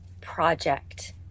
project